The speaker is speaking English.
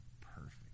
perfect